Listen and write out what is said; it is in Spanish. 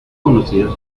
conocidas